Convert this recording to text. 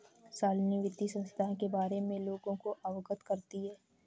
शालिनी वित्तीय संस्थाएं के बारे में लोगों को अवगत करती है